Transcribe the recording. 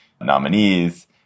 nominees